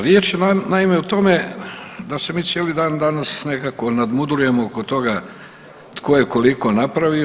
Riječ je naime o tome da se mi cijeli dan danas nekako nadmudrujemo oko toga tko je koliko napravio.